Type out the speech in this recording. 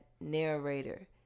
narrator